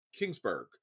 Kingsburg